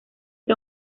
que